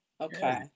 Okay